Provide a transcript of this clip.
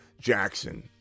Jackson